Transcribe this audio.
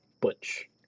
Butch